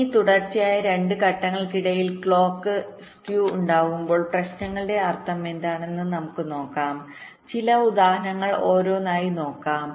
ഇനി തുടർച്ചയായ 2 ഘട്ടങ്ങൾക്കിടയിൽ ക്ലോക്ക് സ്കൌ ഉണ്ടാകുമ്പോൾ പ്രശ്നങ്ങളുടെ അർത്ഥം എന്താണെന്ന് നമുക്ക് നോക്കാം ചില ഉദാഹരണങ്ങൾ ഒന്നൊന്നായി നോക്കാം